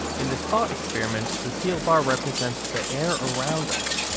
in this thought experiment, the steel bar represents the air around us,